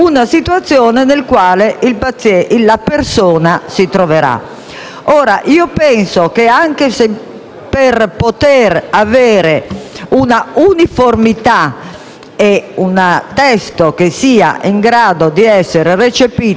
Ora, penso che, anche per poter avere un'uniformità e un testo che sia in grado di essere recepito, qualsiasi sia il livello culturale della persona che lo firma,